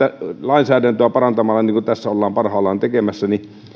lainsäädäntöä parantamalla niin kuin tässä ollaan parhaillaan tekemässä